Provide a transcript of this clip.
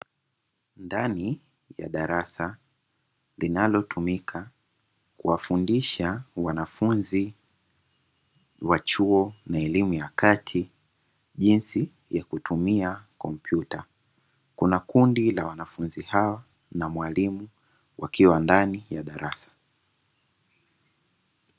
Ndani ya darasa linalotumika kuwafundisha wanafunzi wa chuo ya elimu ya kati jinsi ya kutumia kompyuta. Kuna kundi la wanafunzi hawa na mwalimu wakiwa ndani ya darasa.